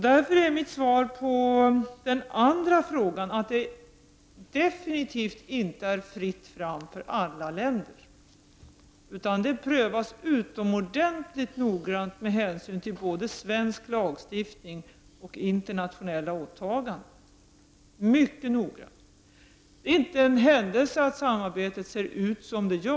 Därför är mitt svar på den andra frågan att det definitivt inte är fritt fram för alla länder här. Detta prövas utomordentligt noggrant med hänsyn till både svensk lagstiftning och internationella åtaganden. Det är inte en händelse att samarbetet ser ut som det gör.